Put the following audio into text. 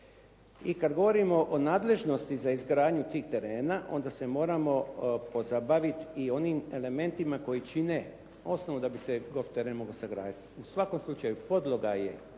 I kada govorimo o nadležnosti za izgradnju tih terena, onda se moramo pozabaviti i onim elementima koji čine osnovu da bi se golf teren mogao sagraditi. U svakom slučaju podloga je